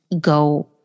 go